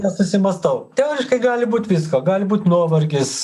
nesusimąstau teoriškai gali būt visko gali būt nuovargis